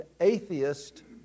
atheist